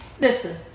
Listen